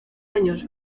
años